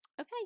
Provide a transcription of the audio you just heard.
Okay